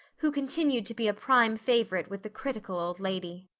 who continued to be a prime favorite with the critical old lady.